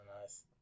nice